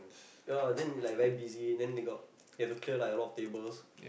ya then they like very busy then they got they have to clear like a lot of tables